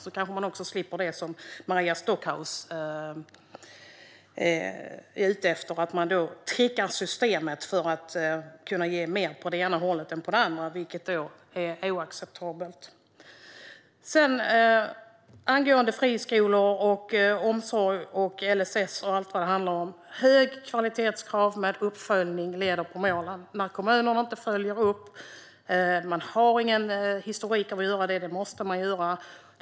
Då kanske man också slipper det som Maria Stockhaus for efter, alltså att man trixar med systemet för att kunna ge mer på det ena hållet än på det andra, vilket är oacceptabelt. Angående friskolor, omsorg, LSS med mera: Det ska vara höga kvalitetskrav med uppföljning av målen. Vi har kommuner som inte följer upp och inte har någon historia av att göra det fast de måste göra det.